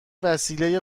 وسیله